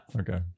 Okay